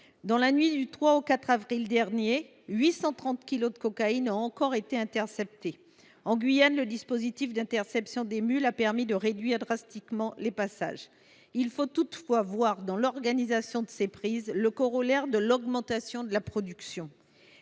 Dans la nuit du 3 au 4 avril dernier, 830 kilos de cocaïne ont encore été interceptés. En Guyane, le dispositif d’interception des mules a fait diminuer radicalement les passages. Toutefois, il faut voir dans ces prises le corollaire de l’augmentation de la production.